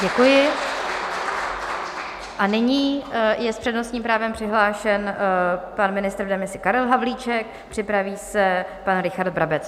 Děkuji a nyní je s přednostním právem přihlášen pan ministr v demisi Karel Havlíček, připraví se pan Richard Brabec.